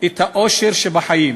את האושר שבחיים"